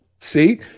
See